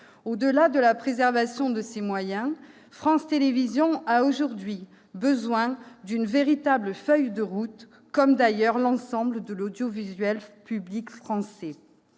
Au-delà de la préservation de ses moyens, France Télévisions a aujourd'hui besoin d'une véritable feuille de route, comme d'ailleurs l'ensemble de l'audiovisuel public français.